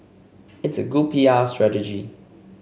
it's a good P R strategy